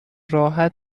راحت